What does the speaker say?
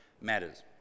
matters